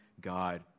God